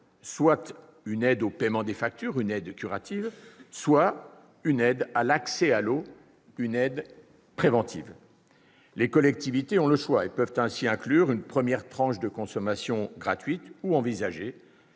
soit une aide au paiement des factures, qui constitue une aide curative, soit une aide à l'accès à l'eau, qui est une aide préventive. Les collectivités locales ont le choix et peuvent ainsi inclure une première tranche de consommation gratuite ou envisager